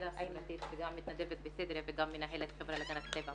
פעילה חברתית וגם מתנדבת בסידרה וגם מנהלת בחברה להגנת הטבע,